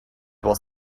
was